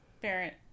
Barrett